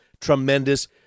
tremendous